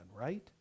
right